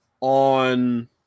on